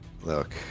Look